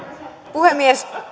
puhemies